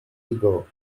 ago